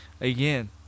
Again